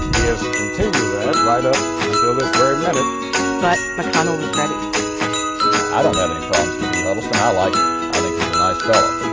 he has continued that right up until this very minute but mcconnell was ready i don't have any problems with dee huddleston. i like him. i think he's a nice fellow.